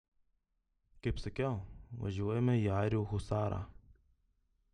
kaip sakiau važiuojame į airių husarą